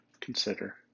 consider